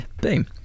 boom